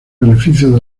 beneficios